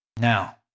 Now